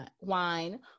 wine